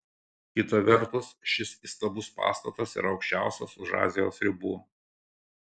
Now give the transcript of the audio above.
kita vertus šis įstabus pastatas yra aukščiausias už azijos ribų